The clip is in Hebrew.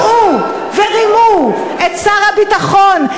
הטעו ורימו את שר הביטחון?